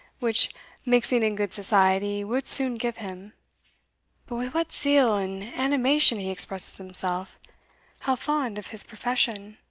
which mixing in good society would soon give him but with what zeal and animation he expresses himself how fond of his profession